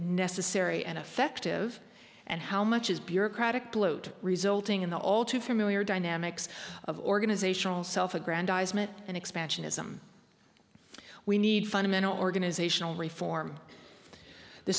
necessary and effective and how much is bureaucratic bloat resulting in the all too familiar dynamics of organizational self aggrandizement and expansionism we need fundamental organizational reform the